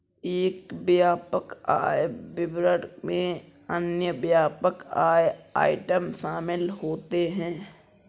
एक व्यापक आय विवरण में अन्य व्यापक आय आइटम शामिल होते हैं